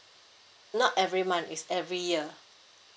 not every month it's every year